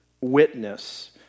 witness